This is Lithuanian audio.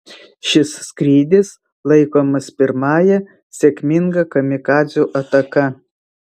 šis skrydis laikomas pirmąja sėkminga kamikadzių ataka